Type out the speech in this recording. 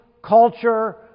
culture